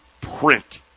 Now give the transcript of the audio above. print